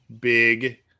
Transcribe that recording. big